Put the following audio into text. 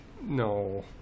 no